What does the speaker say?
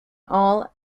all